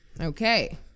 Okay